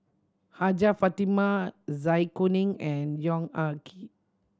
Hajjah Fatimah Zai Kuning and Yong Ah Kee